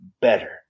better